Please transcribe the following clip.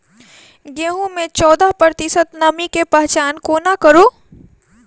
गेंहूँ मे चौदह प्रतिशत नमी केँ पहचान कोना करू?